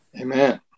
Amen